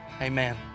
Amen